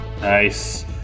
Nice